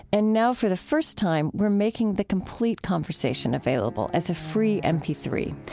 and now, for the first time, we're making the complete conversation available as a free m p three.